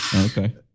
Okay